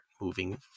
moving